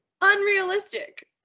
unrealistic